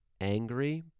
angry